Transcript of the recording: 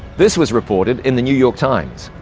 this was reported in the new york times